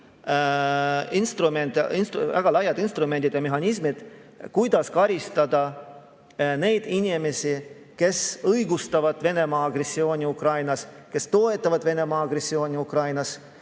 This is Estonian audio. väga laiad instrumendid ja mehhanismid, kuidas karistada neid inimesi, kes õigustavad Venemaa agressiooni Ukrainas, toetavad Venemaa agressiooni Ukrainas.